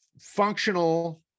functional